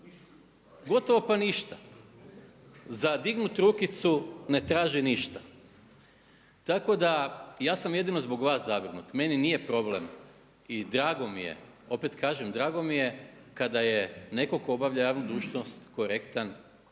Gotovo pa ništa. Za dignuti rukicu ne traži ništa. Tako da, ja sam jedino zbog vas zabrinut, meni nije problem i drago mi je, opet kažem drago mi je kada je netko tko obavlja javnu dužnost korektan,